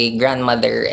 grandmother